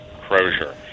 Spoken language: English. Crozier